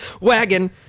wagon